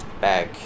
back